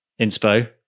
inspo